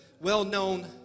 well-known